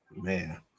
Man